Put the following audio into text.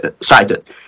cited